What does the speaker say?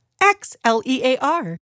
X-L-E-A-R